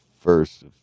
first